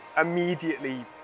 immediately